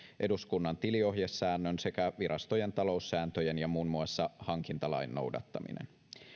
eduskunnan tiliohjesäännön sekä virastojen taloussääntöjen ja muun muassa hankintalain noudattaminen